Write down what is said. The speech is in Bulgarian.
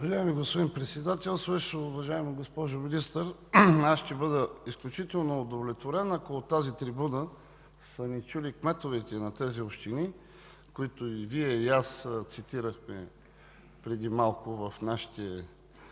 Уважаеми господин Председателстващ, уважаема госпожо Министър! Аз ще бъда изключително удовлетворен, ако от тази трибуна са ни чули кметовете на тези общини, които Вие и аз цитирахме преди малко в нашите